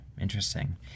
Interesting